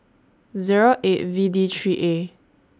Zero eight V D three A